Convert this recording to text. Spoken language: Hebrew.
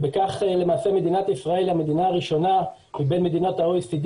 ובכך למעשה מדינת ישראל היא המדינה הראשונה מבין מדינות ה-OECD